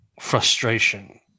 frustration